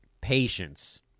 patience